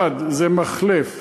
אחד זה מחלף